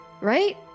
right